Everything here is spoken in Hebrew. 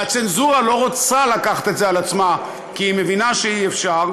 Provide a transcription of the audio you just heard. והצנזורה לא רוצה לקחת את זה על עצמה כי היא מבינה שאי-אפשר,